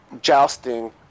jousting